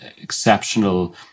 exceptional